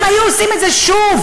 הם היו עושים את זה שוב.